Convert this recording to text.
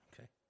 Okay